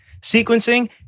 sequencing